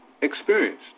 experienced